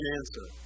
answer